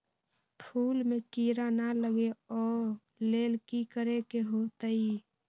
फूल में किरा ना लगे ओ लेल कि करे के होतई?